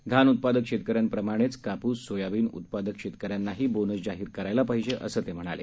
धान उत्पादक शेतकऱ्यांप्रमाणेच कापूस सोयाबिन उत्पादक शेतकऱ्यांनाही बोनस जाहीर करायला पाहिजे असं ते म्हणाले